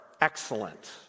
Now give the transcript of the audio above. excellent